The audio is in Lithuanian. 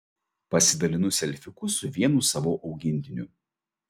pasidalinu selfiuku su vienu savo augintiniu